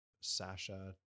Sasha